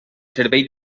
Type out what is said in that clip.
servei